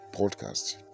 podcast